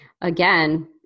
again